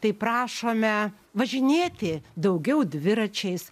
tai prašome važinėti daugiau dviračiais